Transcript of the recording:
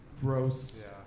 gross